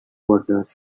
water